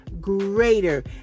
greater